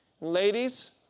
ladies